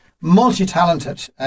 multi-talented